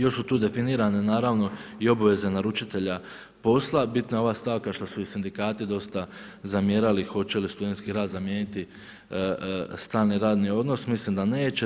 Još su tu definirane naravno i obaveze naručitelja posla, bitna je ova stavka što su i sindikati dosta zamjerali hoće li studentski rad zamijeniti stalni radni odnos, mislim da neće.